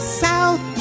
south